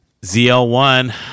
zl1